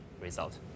result